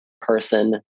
person